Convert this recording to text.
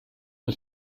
mit